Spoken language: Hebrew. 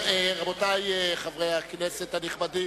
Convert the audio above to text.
רבותי חברי הכנסת הנכבדים,